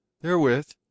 therewith